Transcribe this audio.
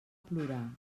plorar